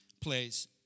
plays